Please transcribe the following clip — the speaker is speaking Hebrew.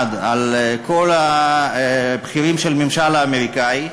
במיוחד על כל הבכירים של הממשל האמריקני,